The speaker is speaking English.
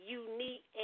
unique